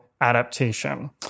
adaptation